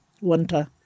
winter